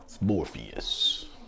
Morpheus